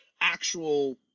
actual